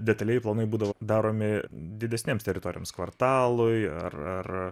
detalieji planai būdavo daromi didesnėms teritorijoms kvartalui ar ar